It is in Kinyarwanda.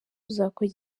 kuzakora